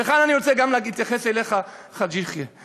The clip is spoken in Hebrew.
וכאן אני רוצה גם להתייחס אליך, חאג' יחיא.